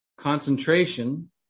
Concentration